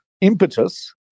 impetus